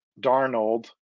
Darnold